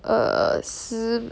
err 十